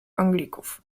anglików